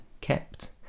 kept